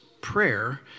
prayer